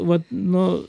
vat nu